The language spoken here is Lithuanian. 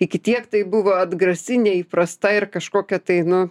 iki tiek tai buvo atgrasi neįprasta ir kažkokia tai nu